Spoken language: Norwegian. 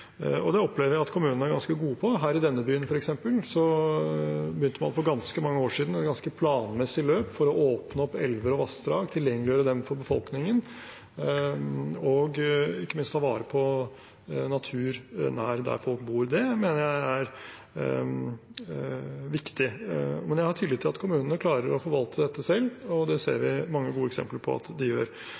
Det opplever jeg at kommunene er ganske gode på. Her i denne byen, f.eks., begynte man for ganske mange år siden et ganske planmessig løp for å åpne opp elver og vassdrag og tilgjengeliggjøre dem for befolkningen og ikke minst ta vare på naturen nær der folk bor. Det mener jeg er viktig. Men jeg har tillit til at kommunene klarer å forvalte dette selv, og det ser vi mange gode eksempler på at de gjør.